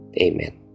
Amen